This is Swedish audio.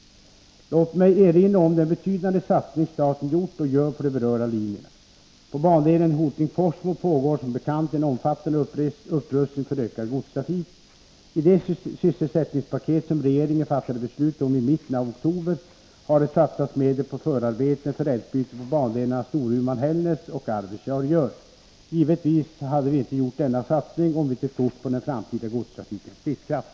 Låt mig erinra om den betydande satsning staten gjort och gör på de berörda linjerna. På bandelen Hoting Forsmo pågår som bekant en omfattande upprustning för utökad godstrafik. I det sysselsättningspaket som regeringen fattade beslut om i mitten av oktober har det satsats medel på förarbeten för rälsbyte på bandelarna Storuman-Hällnäs och Arvidsjaur-Jörn. Givetvis hade vi inte gjort denna satsning om vi inte trott på den framtida godstrafikens livskraft.